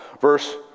verse